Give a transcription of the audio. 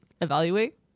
evaluate